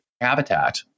habitat